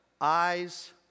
Eyes